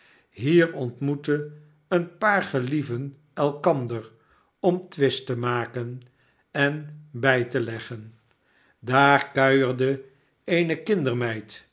hier ontmoette een paar gelieven elkander om twist te maken en bij te leggen daar kuierde eene